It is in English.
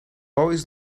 always